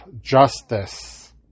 justice